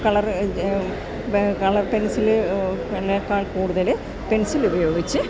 colour colour pencil പെന്നേക്കാൾ കൂടുതല് പെൻസിലുപയോഗിച്ച്